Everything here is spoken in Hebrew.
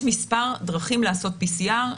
יש כמה דרכים לעשות PCR,